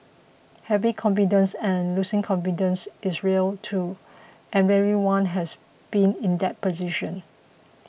having confidence and losing confidence is real too and everyone has been in that position